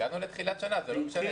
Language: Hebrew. הגענו לתחילת שנה, זה לא משנה.